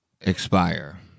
expire